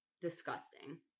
disgusting